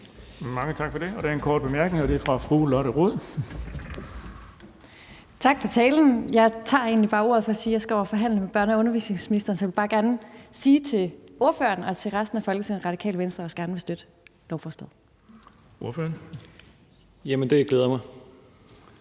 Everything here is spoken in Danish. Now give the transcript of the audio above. Tak for det. Der er en kort bemærkning, og det er fra fru Lotte Rod. Kl. 10:08 Lotte Rod (RV): Tak for talen. Jeg tager egentlig bare ordet for at sige, at jeg skal over at forhandle med børne- og undervisningsministeren, så jeg vil bare gerne sige til ordføreren og til resten af Folketinget, at Radikale Venstre også gerne vil støtte lovforslaget. Kl. 10:08 Den fg. formand